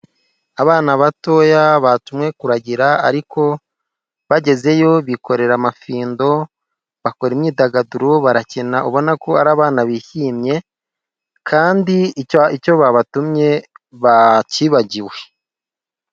Abana batoya batumwe kuragira ariko bagezeyo bikorera amafindo, bakora imyidagaduro barakina ubona ko ari abana bishimye kandi icyo icyo babatumye bakibagiwe.